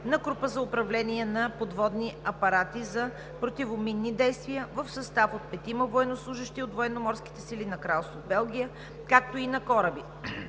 на група за управление на подводни апарати за противоминни действия в състав от петима военнослужещи от Военноморските сили на Кралство Белгия, както и на кораби: